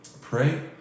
pray